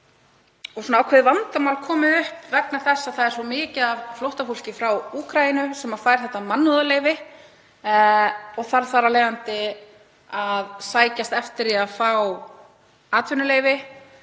og er ákveðið vandamál komið upp vegna þess að það er svo mikið af flóttafólki frá Úkraínu sem fær þetta mannúðarleyfi og þarf þar af leiðandi að sækjast eftir því að fá atvinnuleyfi.